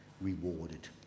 rewarded